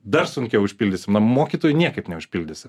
dar sunkiau užpildysim mokytojų niekaip neužpildysim